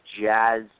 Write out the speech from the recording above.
Jazz